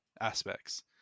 aspects